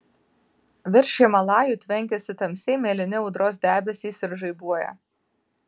virš himalajų tvenkiasi tamsiai mėlyni audros debesys ir žaibuoja